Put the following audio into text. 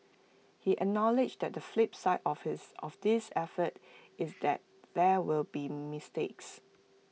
he acknowledged that the flip side office of this effort is that there will be mistakes